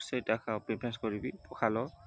ସେଇଟାକା preference କରିବି ପଖାଳ